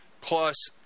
Plus